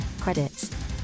Credits